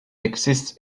exists